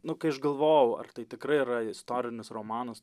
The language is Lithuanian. nu kai aš galvojau ar tai tikrai yra istorinis romanas